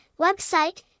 website